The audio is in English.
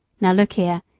now look here,